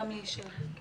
גם לי יש שאלות.